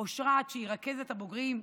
אושרת, שהיא רכזת הבוגרים,